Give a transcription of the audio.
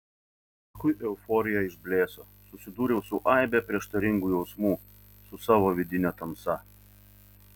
paskui euforija išblėso susidūriau su aibe prieštaringų jausmų su savo vidine tamsa